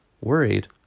Worried